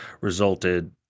resulted